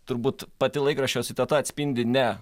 turbūt pati laikraščio citata atspindi ne